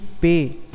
pay